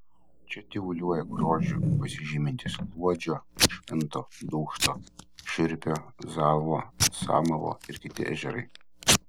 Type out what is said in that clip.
čia tyvuliuoja grožiu pasižymintys luodžio švento dūkšto šiurpio zalvo samavo ir kiti ežerai